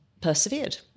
persevered